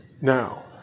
Now